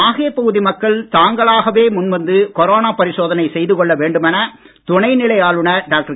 மாஹே பகுதி மக்கள் தாங்களாகவே முன்வந்து கொரோனா பரிசோதனை செய்துகொள்ள வேண்டுமென துணைநிலை ஆளுனர் டாக்டர்